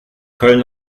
köln